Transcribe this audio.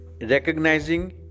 recognizing